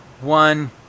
One